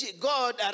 God